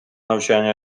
навчання